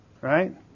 Right